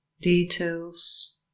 details